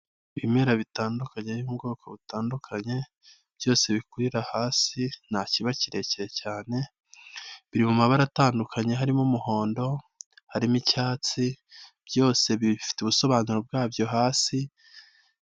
Ibimera bitandukanye by'ubwoko butandukanye byose bikwira hasi nta kiba kirekire cyane biri mu mabara atandukanye harimo umuhondo harimo icyatsi byose bifite ubusobanuro bwabyo hasi(..)